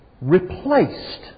replaced